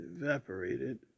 evaporated